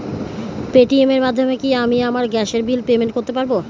Paytm এর মাধ্যমে আমি কি আমার গ্যাসের বিল পেমেন্ট করতে পারব?